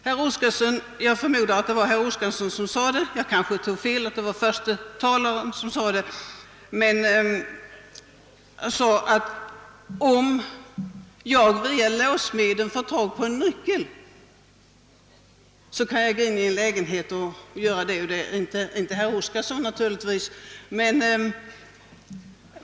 Herr Oskarson yttrade — jag förmodar att det var herr Oskarson som sade det, men jag kanske tar fel; det är möjligt att det var en föregående talare som sade det att om man ber låssmeden kopiera en nyckel, så kan man utan åverkan på dörrar och dylikt ta sig in i en lägenhet.